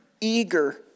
eager